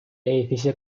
edificio